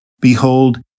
Behold